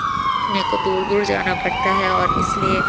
میرے کو دور دور جانا پڑتا ہے اور اس لیے